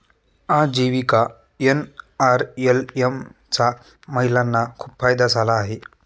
आजीविका एन.आर.एल.एम चा महिलांना खूप फायदा झाला आहे